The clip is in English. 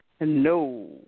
No